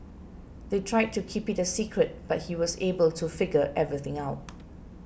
they tried to keep it a secret but he was able to figure everything out